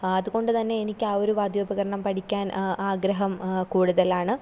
അതുകൊണ്ട്തന്നെ എനിക്ക് ആ ഒരു വാദ്യോപകരണം പഠിക്കാൻ ആഗ്രഹം കൂടുതലാണ്